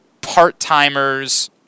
Part-timers